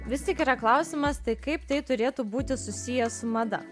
vis tik yra klausimas tai kaip tai turėtų būti susiję su mada